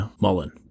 Mullen